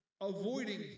avoiding